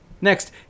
Next